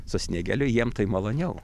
su sniegeliu jiem tai maloniau